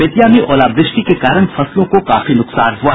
बेतिया में ओलावृष्टि के कारण फसलों को काफी नुकसान हुआ है